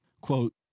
Quote